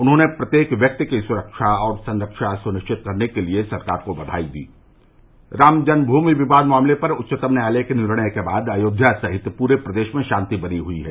उन्होंने प्रत्येक व्यक्ति की सुरक्षा और संरक्षा सुनिश्चित करने के लिए सरकार को बधाई दी रामजन्म भूमि विवाद मामले पर उच्चतम न्यायालय के निर्णय के बाद अयोध्या सहित पूरे प्रदेश में शांति बनी हुई है